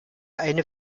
eine